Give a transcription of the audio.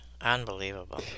Unbelievable